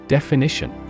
Definition